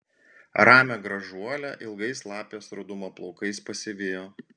ramią gražuolę ilgais lapės rudumo plaukais pasivijo